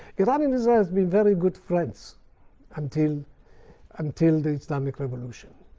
iran and israel had been very good friends until until the islamic revolution.